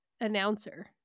announcer